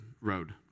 road